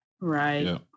right